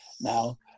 now